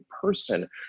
person